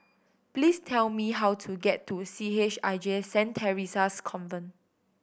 please tell me how to get to C H I J Saint Theresa's Convent